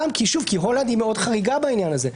כי הולנד מאוד חריגה בעניין הזה.